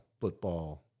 football